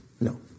No